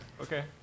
Okay